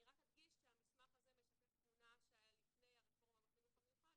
אני רק אדגיש שהמסמך הזה משקף תקופה שהייתה לפני הרפורמה בחינוך המיוחד,